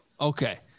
Okay